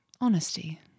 honesty